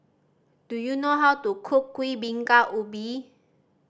do you know how to cook Kuih Bingka Ubi